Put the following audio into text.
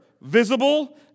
visible